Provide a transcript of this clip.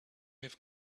have